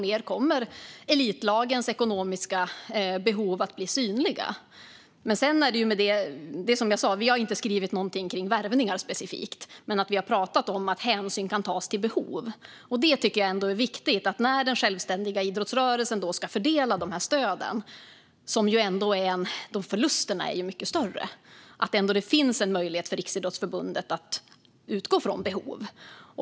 Elitlagens ekonomiska behov kommer att bli mer och mer synliga. Som jag sa har vi inte skrivit något specifikt om värvningar, men vi har talat om att hänsyn kan tas till behov. Jag tycker att det är viktigt att det när den självständiga idrottsrörelsen ska fördela stöden - förlusterna är ju ändå mycket större - finns en möjlighet för Riksidrottsförbundet att utgå från behov.